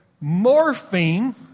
morphine